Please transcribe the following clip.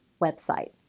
website